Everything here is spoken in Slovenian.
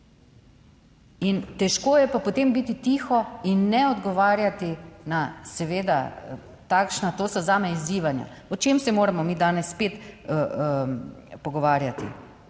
Težko je pa potem biti tiho in ne odgovarjati na seveda takšna, to so zame izzivanja. O čem se moramo mi danes spet pogovarjati?